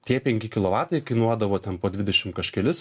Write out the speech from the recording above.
tie penki kilovatai kainuodavo ten po dvidešim kažkelis